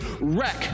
wreck